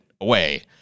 away